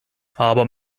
aber